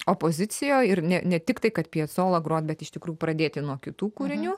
opozicijoj ir ne ne tik tai kad piecolą grot bet iš tikrųjų pradėti nuo kitų kūrinių